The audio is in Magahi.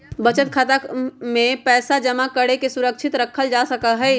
बचत खातवा में पैसवा जमा करके सुरक्षित रखल जा सका हई